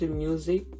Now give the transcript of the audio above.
music